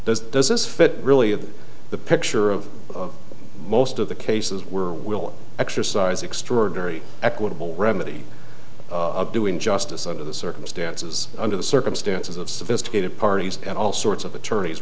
does does this fit really of the picture of most of the cases were will exercise extraordinary equitable remedy of doing justice under the circumstances under the circumstances of instigated parties and all sorts of attorneys